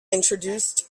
introduced